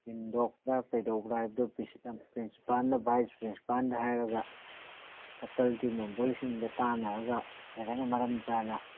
ꯁꯤꯟꯗ꯭ꯔꯣꯛꯄ꯭ꯔꯥ ꯀꯩꯗꯧꯕ꯭ꯔꯥ ꯍꯥꯏꯕꯗꯣ ꯄ꯭ꯔꯤꯟꯁꯤꯄꯥꯜꯅ ꯕꯥꯏ ꯄ꯭ꯔꯤꯟꯁꯤꯄꯥꯜꯗ ꯍꯥꯏꯔꯒ ꯐꯦꯀꯜꯇꯤ ꯃꯦꯝꯕꯔꯁꯤꯡꯗ ꯇꯥꯟꯅꯔꯒ ꯐꯖꯅ ꯃꯔꯝ ꯆꯥꯅ